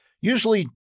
usually